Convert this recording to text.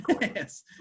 Yes